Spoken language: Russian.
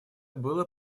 было